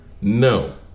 No